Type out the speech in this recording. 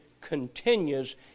continues